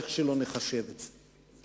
איך שלא נחשב את זה.